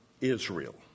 Israel